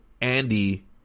Andy